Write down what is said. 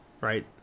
right